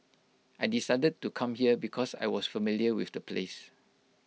I decided to come here because I was familiar with the place